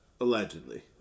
Allegedly